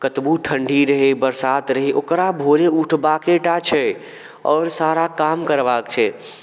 कतबो ठण्ढी रहै बरसात रहै ओकरा भोरे उठबाके टा छै आओर सारा काम करबाक छै